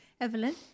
Evelyn